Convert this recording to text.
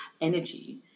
energy